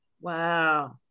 Wow